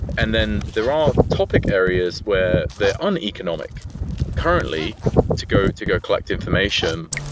and then there are topic areas where they're uneconomic currently to go to go collect information.